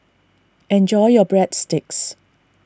enjoy your Breadsticks